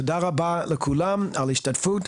תודה רבה לכולם על ההשתתפות.